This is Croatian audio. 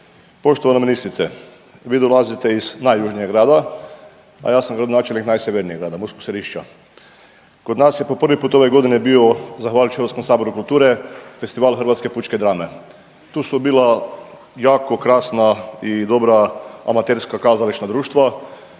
Poštovana ministrice vi dolazite iz najjužnijeg grada, a ja sam gradonačelnik najsjevernijeg grada Murskog Središća, kod nas je po prvi put ove godine bio zahvaljujući Hrvatskom saboru kulture Festival hrvatske pučke drame. Tu su bila jako krasna i dobra amaterska kazališna društva,